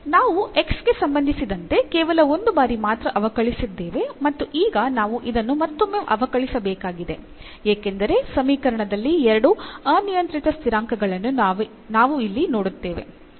ನಾವು x ಗೆ ಸಂಬಂಧಿಸಿದಂತೆ ಕೇವಲ ಒಂದು ಬಾರಿ ಮಾತ್ರ ಅವಕಲಿಸಿದ್ದೇವೆ ಮತ್ತು ಈಗ ನಾವು ಇದನ್ನು ಮತ್ತೊಮ್ಮೆ ಅವಕಲಿಸಬೇಕಾಗಿದೆ ಏಕೆಂದರೆ ಸಮೀಕರಣದಲ್ಲಿ ಎರಡು ಅನಿಯಂತ್ರಿತ ಸ್ಥಿರಾಂಕಗಳನ್ನು ನಾವು ಇಲ್ಲಿ ನೋಡುತ್ತೇವೆ